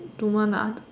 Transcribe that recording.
don't want lah